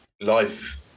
Life